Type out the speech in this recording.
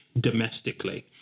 domestically